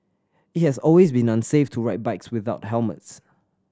it has always been unsafe to ride bikes without helmets